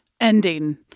ending